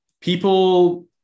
people